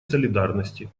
солидарности